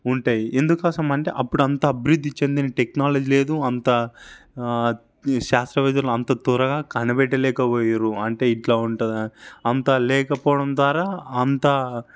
ఉంటాయి ఎందుకోసం అంటే అప్పుడు అంత అభివృద్ధి చెందిన టెక్నాలజీ లేదు అంత శాత్రవేత్తలు అంత త్వరగా కనపెట్టలేకపోయారు అంటే ఇట్లా ఉంటది అంతా లేకపోవడం ద్వారా అంతా